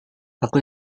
aku